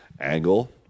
angle